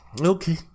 Okay